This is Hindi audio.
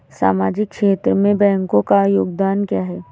सामाजिक क्षेत्र में बैंकों का योगदान क्या है?